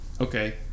okay